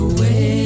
Away